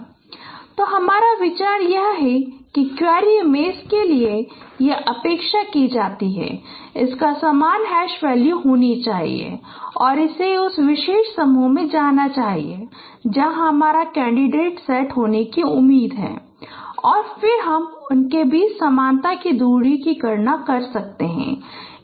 तो हमारा विचार यह है कि क्वेरी इमेज के लिए यह अपेक्षा की जाती है कि इसका समान हैश वैल्यू होना चाहिए और इसे उस विशेष समूह में जाना चाहिए जहाँ हमारा कैंडिडेट सेट होने की उम्मीद है और फिर हम उनके बीच समानता की दूरी की गणना कर सकते हैं